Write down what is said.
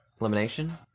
Elimination